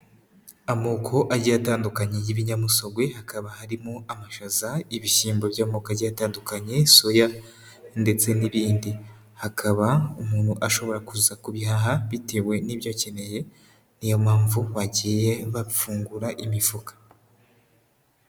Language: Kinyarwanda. Amoko agiye atandukanye y'ibinyamusogwe, hakaba harimo amashaza, ibishyimbo by'amoko agiye atandukanye, soya ndetse n'ibindi, hakaba umuntu ashobora kuza kubihaha bitewe n'ibyo akeneye, niyo mpamvu bagiye bafungura imifuka.